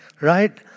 right